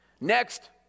Next